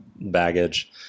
baggage